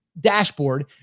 dashboard